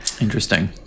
Interesting